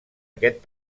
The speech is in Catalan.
aquest